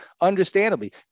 Understandably